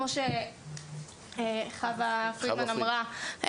כמו שחווה פרידמן אמרה,